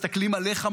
מסתכלים עליך,